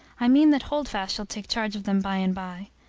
i mean that holdfast shall take charge of them by-and-by.